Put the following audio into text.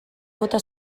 bota